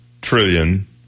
trillion